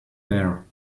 there